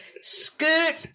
scoot